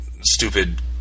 stupid